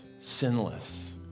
sinless